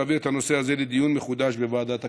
להעביר את הנושא הזה לדיון מחודש בוועדת הכלכלה.